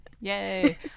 Yay